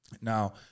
Now